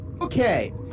Okay